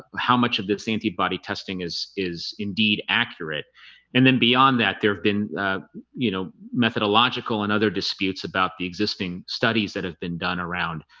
how much of this antibody testing is is indeed accurate and then beyond that there have been you know methodological and other disputes about the existing studies that have been done around.